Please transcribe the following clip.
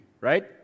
right